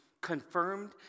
confirmed